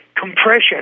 compression